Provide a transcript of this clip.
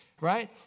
right